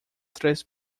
três